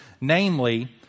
Namely